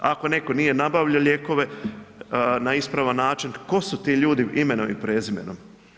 Ako netko nije nabavljao lijekove na ispravan način, tko su ti ljudi imenom i prezimenom?